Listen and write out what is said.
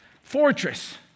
fortress